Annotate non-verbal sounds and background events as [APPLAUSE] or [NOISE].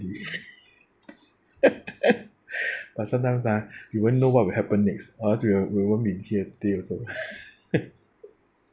[LAUGHS] but sometimes ah you won't know what will happen next or else we'll we won't be here today also